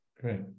Great